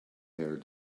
hair